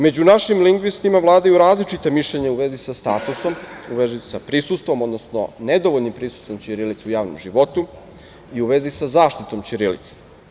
Među našim lingvistima vladaju različita mišljenja u vezi sa statusom, u vezi sa prisustvom, odnosno nedovoljnim prisustvom ćirilice u javnom životu i u vezi sa zaštitom ćirilice.